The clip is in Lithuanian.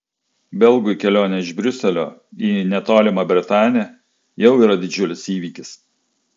belgui kelionė iš briuselio į netolimą bretanę jau yra didžiulis įvykis